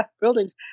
buildings